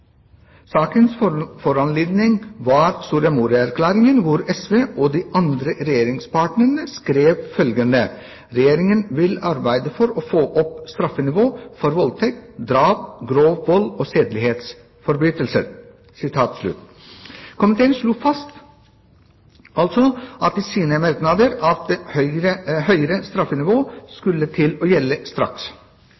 Sakens foranledning var Soria Moria-erklæringen, hvor SV og de andre regjeringspartnerne skrev at Regjeringen vil arbeide for å få opp straffenivået for voldtekt, drap, grov vold og sedelighetsforbrytelser. Komiteen slo altså fast i sine merknader at høyere straffenivå